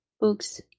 books